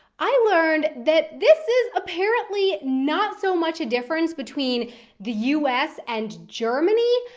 i learned that this is apparently not so much a difference between the u s. and germany,